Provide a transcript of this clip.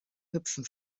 hüpfen